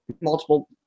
multiple